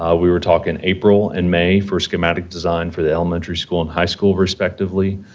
ah we were talking april and may for schematic design for the elementary school and high school respectively.